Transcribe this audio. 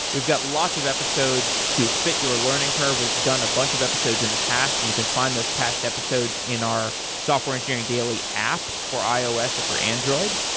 we've got lots of episodes to fit your learning curve. we've done a bunch of episodes in the past. you can find those past episodes in our software engineering daily app for ios or for android,